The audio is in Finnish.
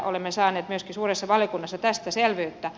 olemme saaneet myöskin suuressa valiokunnassa tästä selvyyttä